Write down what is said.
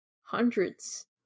hundreds